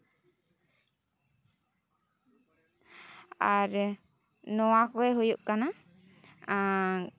ᱟᱨ ᱱᱚᱣᱟ ᱠᱚᱜᱮ ᱦᱩᱭᱩᱜ ᱠᱟᱱᱟ